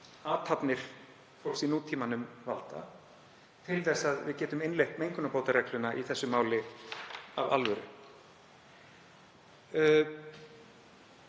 athafnir í nútímanum valda, svo við getum innleitt mengunarbótaregluna í þessu máli af alvöru.